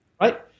Right